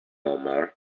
omar